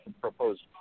proposed